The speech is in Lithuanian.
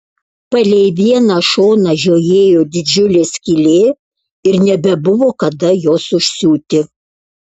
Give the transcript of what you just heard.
palei vieną šoną žiojėjo didžiulė skylė ir nebebuvo kada jos užsiūti